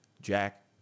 Jack